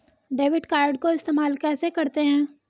Debit card को इस्तेमाल कैसे करते हैं?